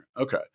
Okay